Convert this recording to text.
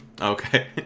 Okay